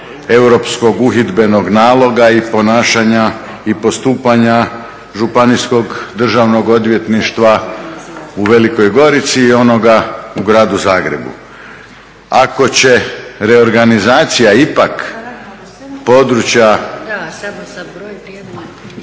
europskog uhidbenog naloga, i ponašanja, i postupanja Županijskog državnog odvjetništva u Velikoj Gorici i onoga u Gradu Zagrebu. Ako će reorganizacija ipak područja,